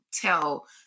tell